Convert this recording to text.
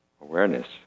awareness